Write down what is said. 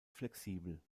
flexibel